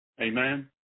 Amen